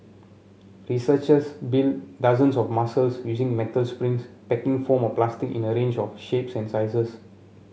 researchers built dozens of muscles using metal springs packing foam or plastic in a range of shapes and sizes